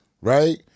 right